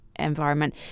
environment